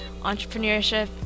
entrepreneurship